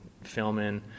filming